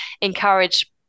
encourage